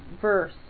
verse